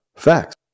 Facts